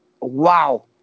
Wow